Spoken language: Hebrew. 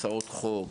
הצעות חוק,